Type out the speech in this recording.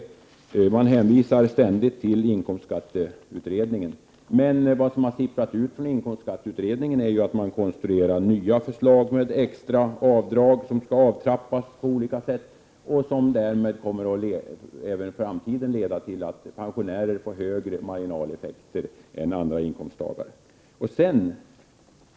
Majoriteten hänvisar ständigt till RINK, men vad som har sipprat ut från den är att man konstruerar nya system med extra avdrag som skall avtrappas på olika sätt och som därmed även i framtiden kommer att leda till att pensionärer får högre marginaleffekter än andra inkomsttagare.